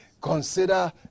Consider